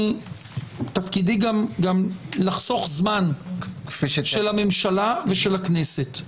תפקידי גם לחסוך זמן של הממשלה ושל הכנסת.